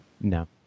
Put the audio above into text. No